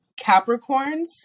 Capricorns